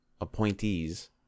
appointees